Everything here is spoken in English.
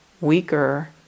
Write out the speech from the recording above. weaker